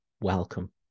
welcome